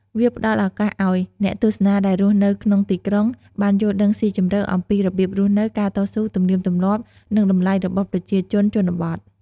វាផ្តល់ឱកាសឱ្យ អ្នកទស្សនាដែលរស់នៅក្នុងទីក្រុង បានយល់ដឹងស៊ីជម្រៅអំពីរបៀបរស់នៅ ការតស៊ូ ទំនៀមទម្លាប់ និងតម្លៃរបស់ប្រជាជនជនបទ។